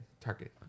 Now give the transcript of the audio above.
target